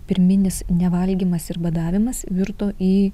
pirminis nevalgymas ir badavimas virto į